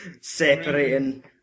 separating